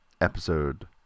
episode